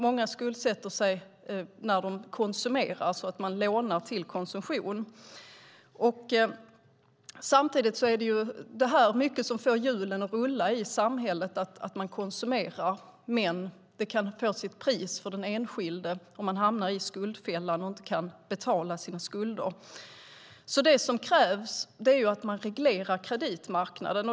Många skuldsätter sig när de konsumerar; man lånar alltså till konsumtion. Samtidigt är det konsumtion som får hjulen att rulla i samhället, men det kan ha sitt pris för den enskilde om han eller hon hamnar i skuldfällan och inte kan betala sina skulder. Det som krävs är att man reglerar kreditmarknaden.